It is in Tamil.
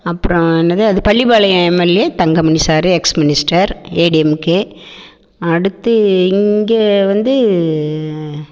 அப்புறம் என்னது அது Pallipalayam MLA Thangamani sir ex minister ADMK அடுத்து இங்கே வந்து